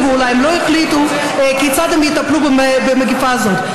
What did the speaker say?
ואולי הם לא יחליטו כיצד הם יטפלו במגפה הזאת.